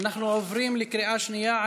הצעת החוק בקריאה שנייה,